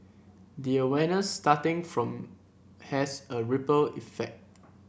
the awareness starting from has a ripple effect